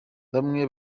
bamwe